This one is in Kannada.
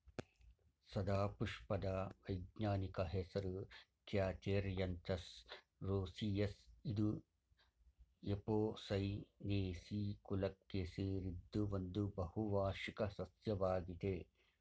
ಸದಾಪುಷ್ಪದ ವೈಜ್ಞಾನಿಕ ಹೆಸರು ಕ್ಯಾಥೆರ್ಯಂತಸ್ ರೋಸಿಯಸ್ ಇದು ಎಪೋಸೈನೇಸಿ ಕುಲಕ್ಕೆ ಸೇರಿದ್ದು ಒಂದು ಬಹುವಾರ್ಷಿಕ ಸಸ್ಯವಾಗಿದೆ